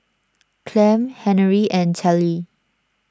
Clem Henery and Tallie